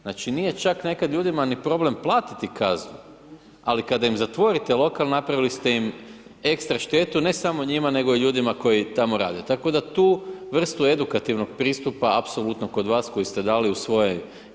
Znači nije čak nekad ljudima ni problem platiti kaznu, ali kada im zatvorite lokal napravili ste im ekstra štetu, ne samo njima nego i ljudima koji tamo rade, tako da tu vrstu edukativnog pristupa apsolutno kod vas koji ste dali u svoje izlaganju podržavam.